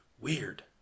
Weird